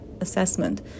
assessment